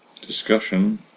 Discussion